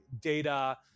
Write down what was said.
data